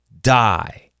die